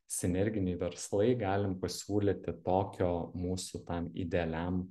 sinerginiai verslai galim pasiūlyti tokio mūsų tam idealiam